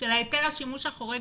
של היטל השימוש החורג